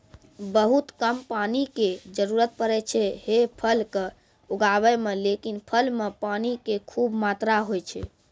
बहुत कम पानी के जरूरत पड़ै छै है फल कॅ उगाबै मॅ, लेकिन फल मॅ पानी के खूब मात्रा होय छै